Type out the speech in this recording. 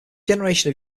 generation